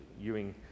Ewing